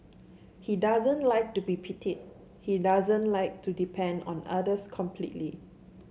he doesn't like to be pitied he doesn't like to depend on others completely